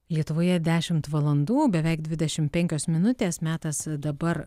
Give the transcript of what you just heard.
lietuvoje dešimt valandų beveik dvidešim penkios minutės metas dabar